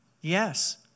Yes